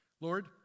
Lord